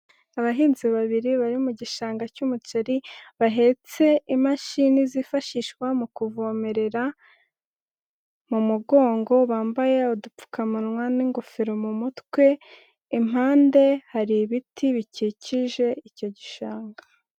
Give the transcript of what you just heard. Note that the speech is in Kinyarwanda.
Abahinzi babiri bari mu gishanga cy'umuceri, bahetse imashini zifashishwa mu kuvomerera mu mugongo, bambaye udupfukamunwa n'ingofero mu mutwe, impande hari ibiti bikikije icyo gishanga.